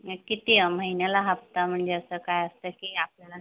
नाही किती ह्या महिन्याला हप्ता म्हणजे असं काय असतं की आपल्याला